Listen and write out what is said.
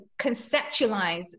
conceptualize